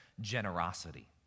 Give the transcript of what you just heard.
generosity